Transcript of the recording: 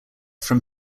from